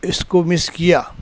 اس کو مس کیا